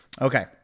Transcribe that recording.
Okay